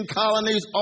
colonies